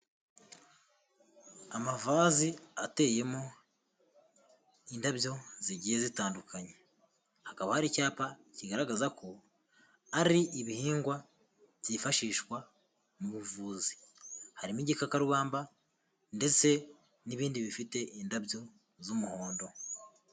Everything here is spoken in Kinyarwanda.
Amavazi ateyemo indabyo zigiye zitandukanye, hakaba hari icyapa kigaragaza ko ari ibihingwa byifashishwa mu buvuzi, harimo igikakarubamba ndetse n'ibindi bifite indabyo z'umuhondo.